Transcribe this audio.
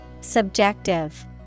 Subjective